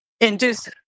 induce